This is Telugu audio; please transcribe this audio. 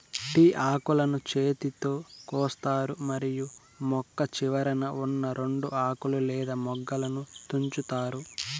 టీ ఆకులను చేతితో కోస్తారు మరియు మొక్క చివరన ఉన్నా రెండు ఆకులు లేదా మొగ్గలను తుంచుతారు